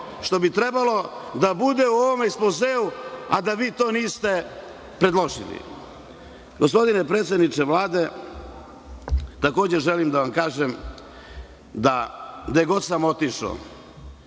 što bi trebalo da bude u ovom ekspozeu a da vi to niste predložili? Gospodine predsedniče Vlade, takođe želim da vam kažem da gde god sam otišao